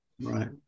Right